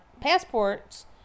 passports